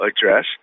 address